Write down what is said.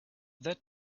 that